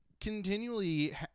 continually